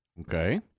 Okay